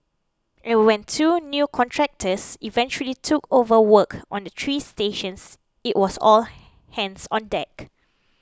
and when two new contractors eventually took over work on the three stations it was all hands on deck